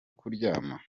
kuryama